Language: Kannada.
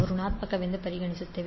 ಋಣಾತ್ಮಕವೆಂದು ಪರಿಗಣಿಸುತ್ತೇವೆ